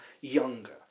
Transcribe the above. younger